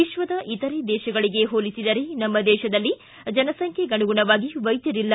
ವಿಶ್ವದ ಇತರೆ ದೇಶಗಳಗೆ ಹೋಲಿಸಿದರೆ ನಮ್ನ ದೇಶದಲ್ಲಿ ಜನಸಂಖ್ಯೆಗನುಗುಣವಾಗಿ ವೈದ್ಯರಿಲ್ಲ